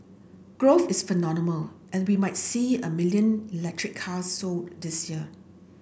growth is phenomenal and we might see a million electric cars sold this year